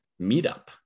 meetup